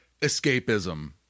escapism